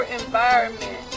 environment